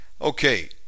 Okay